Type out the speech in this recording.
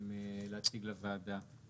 שרציתם להציג לוועדה?